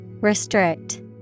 Restrict